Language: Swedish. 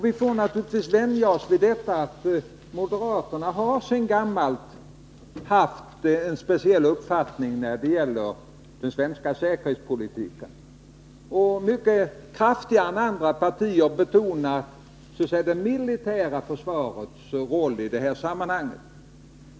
Vi får naturligtvis vänja oss vid att moderaterna sedan gammalt har en speciell uppfattning när det gäller den svenska säkerhetspolitiken och mycket kraftigare än andra partier betonar det militära försvarets roll i detta sammanhang.